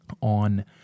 on